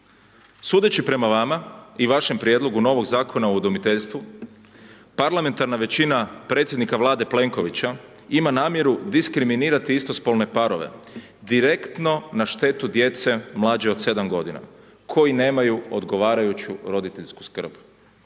Sudeći prema vama i vašem prijedlogu novog Zakona o udomiteljstvu parlamentarna većina predsjednika Vlade Plenkovića ima namjeru diskriminirati istospolne parove, direktno na štetu djece mlađe od 7 godina koji nemaju odgovarajuću roditeljsku skrb,